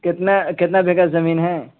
کتنا کتنا بیگھہ زمین ہیں